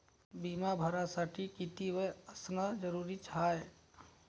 बिमा भरासाठी किती वय असनं जरुरीच हाय?